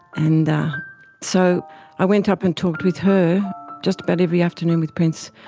and so i went up and talked with her just about every afternoon with prince,